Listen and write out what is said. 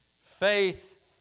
Faith